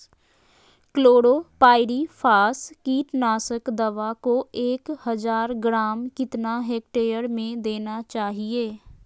Chlorpyrifos कीटनाशक दवा को एक हज़ार ग्राम कितना हेक्टेयर में देना चाहिए?